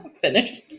Finish